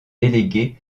délégué